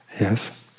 Yes